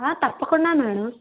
తప్పకుండా మేడం